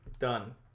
done